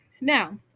Now